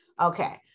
okay